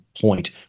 point